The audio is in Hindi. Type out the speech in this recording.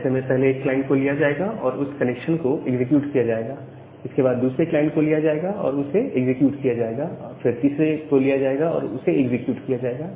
ऐसे में पहले एक क्लाइंट को लिया जाएगा और उस कनेक्शन को एग्जीक्यूट किया जाएगा इसके बाद दूसरे क्लाइंट को लिया जाएगा और उसे एग्जीक्यूट किया जाएगा फिर तीसरे को लिया जाएगा और उसे एग्जीक्यूट किया जाएगा